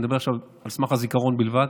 אני מדבר עכשיו על סמך הזיכרון בלבד,